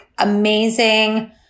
amazing